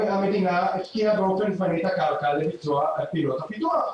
המדינה הפקיעה באופן זמני את הקרקע לביצוע פעילות הפיתוח.